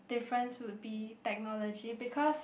difference would be technology because